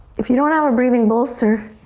if you don't have a breathing bolster,